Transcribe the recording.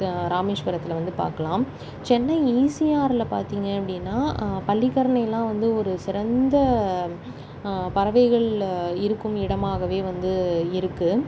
ராமேஸ்வரத்தில் வந்து பார்க்கலாம் சென்னை ஈசிஆர்ல பார்த்தீங்க அப்படின்னா பள்ளிக்கரணையெலாம் வந்து ஒரு சிறந்த பறவைகள் இருக்கும் இடமாகவே வந்து இருக்குது